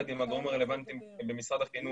זה מאוד חשוב.